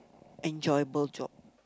enjoy both job